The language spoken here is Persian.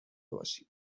باشیم